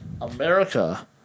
America